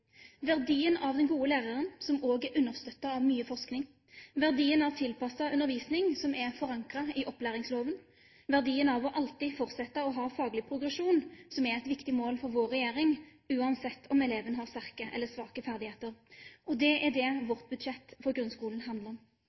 verdien av den gode læreren, som også er understøttet av mye forskning, verdien av tilpasset undervisning, som er forankret i opplæringsloven, verdien av alltid å fortsette å ha faglig progresjon, som er et viktig mål for vår regjering, uansett om eleven har sterke eller svake ferdigheter. Det er det vårt budsjett for grunnskolen handler om.